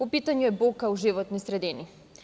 U pitanju je buka u životnoj sredini.